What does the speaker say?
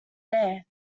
there